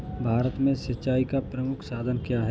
भारत में सिंचाई का प्रमुख साधन क्या है?